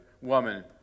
Woman